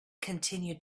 continued